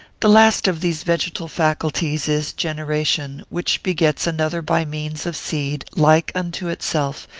the last of these vegetal faculties is generation, which begets another by means of seed, like unto itself,